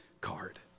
card